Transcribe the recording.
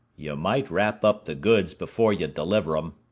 you might wrap up the goods before you deliver m,